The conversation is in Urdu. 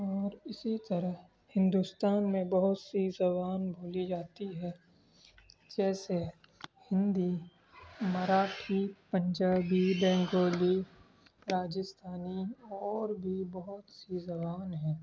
اور اسی طرح ہندوستان میں بہت سی زبان بولی جاتی ہے جیسے ہندی مراٹھی پنجابی بنگالی راجستھانی اور بھی بہت سی زبان ہیں